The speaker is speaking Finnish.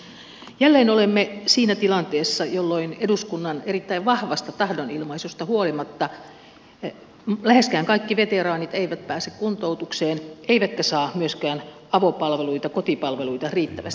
jälleen olemme siinä tilanteessa jolloin eduskunnan erittäin vahvasta tahdonilmaisusta huolimatta läheskään kaikki veteraanit eivät pääse kuntoutukseen eivätkä saa myöskään avopalveluita kotipalveluita riittävästi